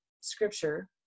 scripture